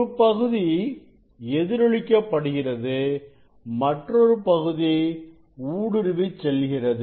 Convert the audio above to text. ஒரு பகுதி எதிர் ஒலிக்கப்படுகிறது மற்றொரு பகுதி ஊடுருவிச் செல்கிறது